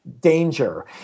danger